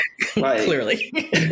Clearly